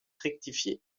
rectifié